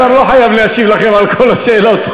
השר לא חייב להשיב לכם על כל השאלות,